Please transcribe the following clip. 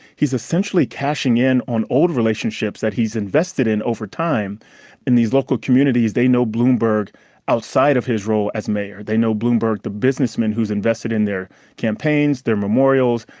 he's essentially cashing in on old relationships that he's invested in over time in these local communities. they know bloomberg outside of his role as mayor. they know bloomberg the businessman who's invested in their campaigns, their memorials,